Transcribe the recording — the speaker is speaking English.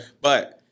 But-